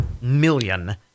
million